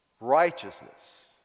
righteousness